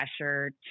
pressure